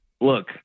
look